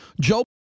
Joe